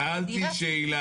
שאלתי שאלה,